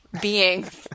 beings